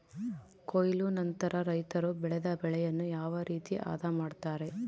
ಕೊಯ್ಲು ನಂತರ ರೈತರು ಬೆಳೆದ ಬೆಳೆಯನ್ನು ಯಾವ ರೇತಿ ಆದ ಮಾಡ್ತಾರೆ?